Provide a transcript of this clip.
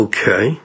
Okay